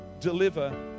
deliver